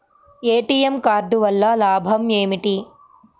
ATM card వల్ల లాభం ఏమిటి?